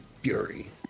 Fury